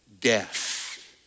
death